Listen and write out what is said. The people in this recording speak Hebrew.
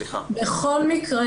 בכל מקרה,